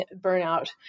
burnout